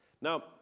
Now